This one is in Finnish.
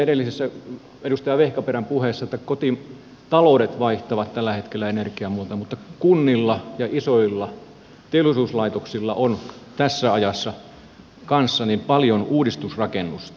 edellisessä edustaja vehkaperän puheessa tuli esille että kotitaloudet vaihtavat tällä hetkellä energiamuotoja mutta kunnilla ja isoilla teollisuuslaitoksilla on tässä ajassa kanssa paljon uudistusrakennusta